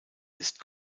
ist